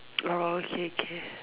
orh okay okay